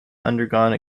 undergone